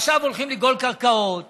ועכשיו הולכים לגאול קרקעות